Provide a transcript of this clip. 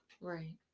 Right